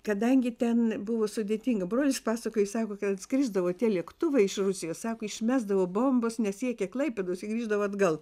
kadangi ten buvo sudėtinga brolis pasakojo jis sako kad atskrisdavo tie lėktuvai iš rusijos sako išmesdavo bombas nesiekę klaipėdos jie grįždavo atgal